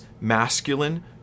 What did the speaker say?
masculine